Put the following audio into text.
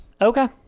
Okay